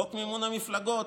חוק מימון המפלגות